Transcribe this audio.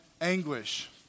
anguish